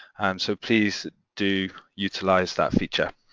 so please do utilise that feature.